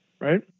right